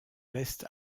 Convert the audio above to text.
l’est